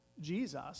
Jesus